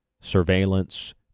surveillance